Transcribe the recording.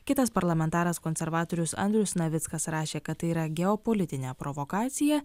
kitas parlamentaras konservatorius andrius navickas rašė kad tai yra geopolitinė provokacija